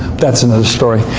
that's another story.